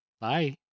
Bye